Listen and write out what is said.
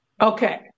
Okay